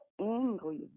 angry